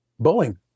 Boeing